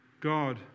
God